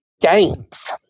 games